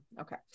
Okay